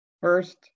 First